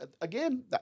Again